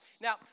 Now